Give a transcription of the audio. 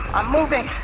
i'm moving!